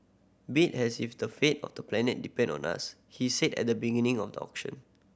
bid as if the fate of the planet depended on us he said at the beginning of the auction